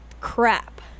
crap